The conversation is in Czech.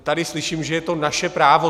Tady slyším, že je to naše právo.